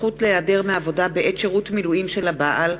זכות להיעדר מעבודה בעת שירות מילואים של הבעל),